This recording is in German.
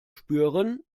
spüren